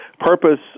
Purpose